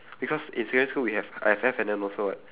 because in secondary school we have I have F&N also [what]